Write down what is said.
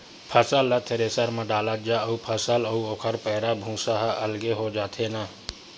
फसल ल थेरेसर म डालत जा अउ फसल अउ ओखर पैरा, भूसा ह अलगे हो जाथे न